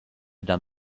done